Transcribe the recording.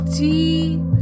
deep